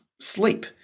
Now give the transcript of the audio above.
sleep